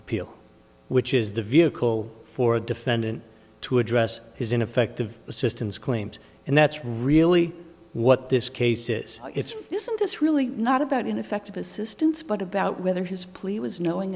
appeal which is the vehicle for a defendant to address his ineffective assistance claims and that's really what this case is it's isn't this really not about ineffective assistance but about whether his plea was knowing